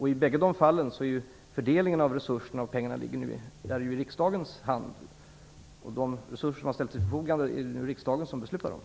I bägge dessa fall är det riksdagen som beslutar om fördelningen av resurserna.